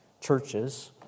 churches